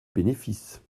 bénéfice